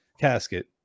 casket